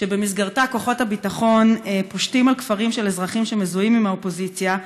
שבה כוחות הביטחון פושטים על כפרים של אזרחים שמזוהים עם האופוזיציה,